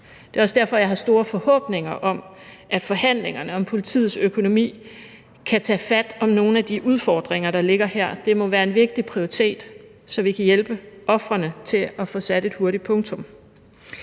Det er også derfor, jeg har store forhåbninger om, at forhandlingerne om politiets økonomi kan tage fat om nogle af de udfordringer, der ligger her. Det må være en vigtig prioritet, så vi kan hjælpe ofrene til at få sat et hurtigt punktum.